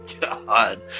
God